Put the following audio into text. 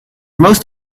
most